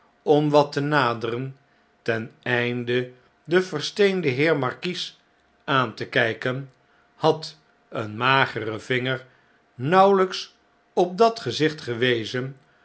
om wat te naderen ten einde den versteenden heer markies aan te kjjken had een magere vinger nauwelijks op dat gezicht gewezen